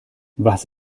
was